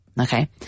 Okay